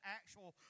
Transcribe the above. actual